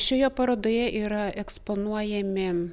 šioje parodoje yra eksponuojami